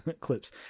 clips